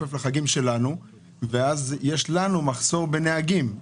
חופף לחגים שלנו ואז יש לנו מחסור בנהגים.